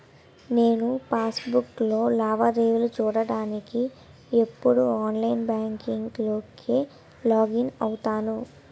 నేను పాస్ బుక్కులో లావాదేవీలు చూడ్డానికి ఎప్పుడూ ఆన్లైన్ బాంకింక్ లోకే లాగిన్ అవుతాను